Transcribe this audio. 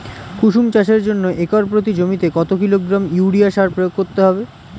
কুসুম চাষের জন্য একর প্রতি জমিতে কত কিলোগ্রাম ইউরিয়া সার প্রয়োগ করতে হবে?